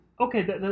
Okay